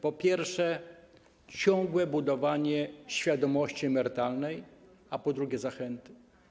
Po pierwsze, ciągłe budowanie świadomości emerytalnej, a po drugie, zachęty.